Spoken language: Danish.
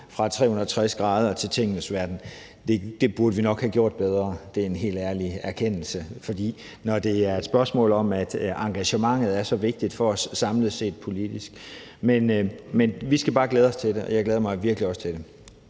360° til Tingenes Verden, nok burde have gjort det bedre – det er en helt ærlig erkendelse – når det er et spørgsmål om, at engagementet samlet set er så vigtigt for os politisk. Men vi skal bare glæde os til det, og det gør jeg virkelig også. Kl.